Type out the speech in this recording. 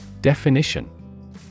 Definition